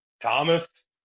Thomas